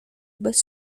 bez